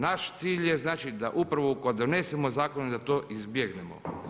Naš cilj je znači da upravo kad donosimo zakone da to izbjegnemo.